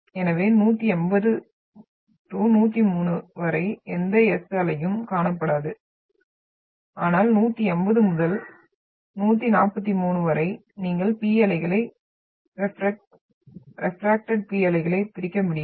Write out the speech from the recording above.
எனவே 180 103 வரை எந்த S அலையும் காணப்படாது ஆனால் 180 முதல் 143 வரை நீங்கள் P அலைகளை ரெப்ரக்டட் P அலைகளைப் பிடிக்க முடியும்